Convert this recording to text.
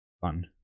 Fun